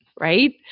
right